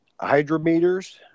hydrometers